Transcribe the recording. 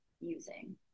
using